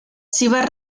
chivas